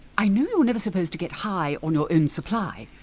i know you're never supposed to get high on your own supply,